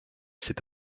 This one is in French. cette